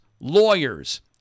lawyers